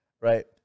Right